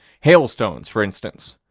hailstones, for instance.